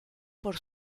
por